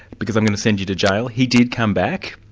because i'm going to send you to jail', he did come back.